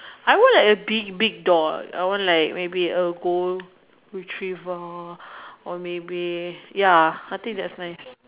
I want a big big dog I want like maybe like a gold retriever or maybe ya I think that's nice